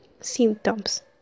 symptoms